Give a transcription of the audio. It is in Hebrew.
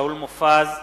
שאול מופז,